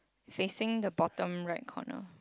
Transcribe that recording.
facing the bottom right corner